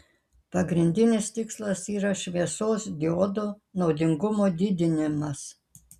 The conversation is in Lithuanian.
pagrindinis tikslas yra šviesos diodo naudingumo didinimas